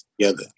together